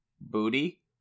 booty